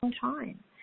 time